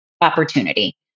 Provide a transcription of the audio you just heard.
opportunity